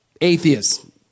atheists